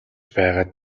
байгаад